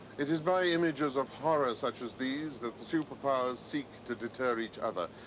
it is very images of horror such as these that the superpowers seek to deter each other,